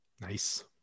Nice